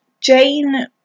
Jane